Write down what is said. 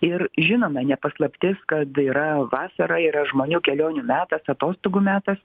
ir žinoma ne paslaptis kad yra vasara yra žmonių kelionių metas atostogų metas